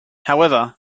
however